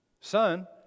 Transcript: son